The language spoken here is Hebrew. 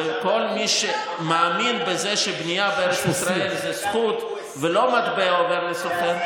וכל מי שמאמין בזה שבנייה בארץ ישראל זו זכות ולא מטבע עובר לסוחר,